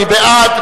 מי בעד?